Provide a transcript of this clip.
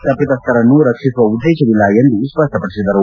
ತಪಿತಸ್ಥರನ್ನು ರಕ್ಷಿಸುವ ಉದ್ದೇಶವಿಲ್ಲ ಎಂದು ಸ್ಪಷ್ಟಪಡಿಸಿದರು